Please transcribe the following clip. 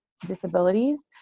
disabilities